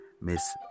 Miss